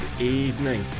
evening